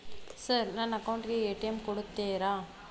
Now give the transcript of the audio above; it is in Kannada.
ಸರ್ ನನ್ನ ಅಕೌಂಟ್ ಗೆ ಎ.ಟಿ.ಎಂ ಕೊಡುತ್ತೇರಾ?